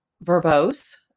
verbose